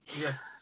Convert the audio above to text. Yes